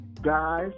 Guys